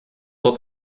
dort